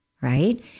right